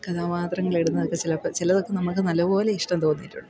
കഥാപാത്രങ്ങൾ ഇടുന്നതൊക്കെ ചിലപ്പോൾ ചിലതൊക്കെ നമുക്ക് നല്ലപോലെ ഇഷ്ടം തോന്നിയിട്ടുണ്ട്